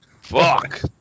Fuck